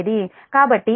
కాబట్టి అంతవరకు δ δ2